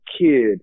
kid